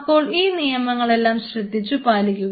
അപ്പോൾ ഈ നിയമങ്ങളെല്ലാം ശ്രദ്ധിച്ചു പാലിക്കുക